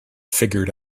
figured